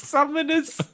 Summoners